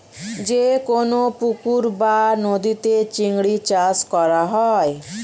যে কোন পুকুর বা নদীতে চিংড়ি চাষ করা হয়